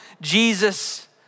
Jesus